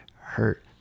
hurt